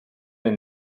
and